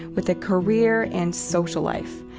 with a career and social life.